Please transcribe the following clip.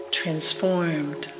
transformed